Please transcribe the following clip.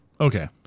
Okay